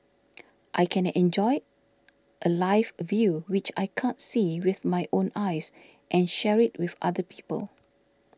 I can enjoy a live view which I can't see with my own eyes and share it with other people